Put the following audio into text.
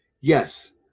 yes